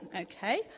okay